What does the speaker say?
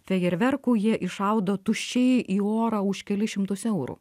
fejerverkų jie iššaudo tuščiai į orą už kelis šimtus eurų